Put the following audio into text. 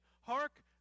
Hark